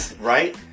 right